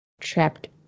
trapped